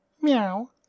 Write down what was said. Meow